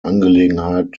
angelegenheit